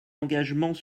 engagements